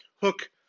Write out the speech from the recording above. hook